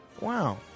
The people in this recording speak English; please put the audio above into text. Wow